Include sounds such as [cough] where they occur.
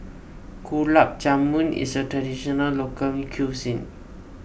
Gulab Jamun is a traditional local re [unintelligible]